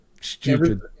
stupid